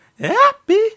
happy